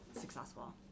successful